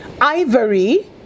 ivory